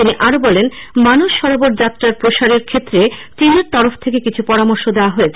তিনি আরো বলেন মানস সরোবর যাত্রার প্রসারের ক্ষেত্রে চীনের তরফ থেকে কিছু পরামর্শ দেয়া হয়েছে